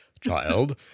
Child